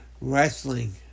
Wrestling